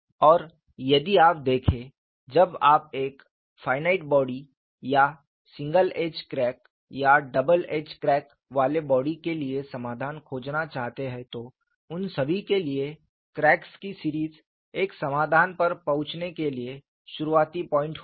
और यदि आप देखें जब आप एक फाइनाइट बॉडी या सिंगल एज क्रैक या डबल एज क्रैक वाले बॉडी के लिए समाधान खोजना चाहते हैं तो उन सभी के लिए क्रैक्स की सीरीज एक समाधान पर पहुंचने के लिए शुरुआती बिंदु होगी